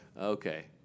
Okay